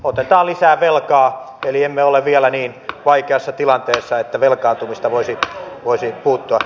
otetaan lisää velkaa eli emme ole vielä niin vaikeassa tilanteessa että velkaantumiseen voisi puuttua